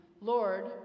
Lord